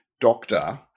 doctor